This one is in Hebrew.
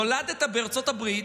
נולדת בארצות הברית,